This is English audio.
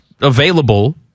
available